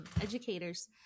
educators